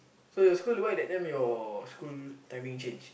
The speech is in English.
so your school why that time your school timing change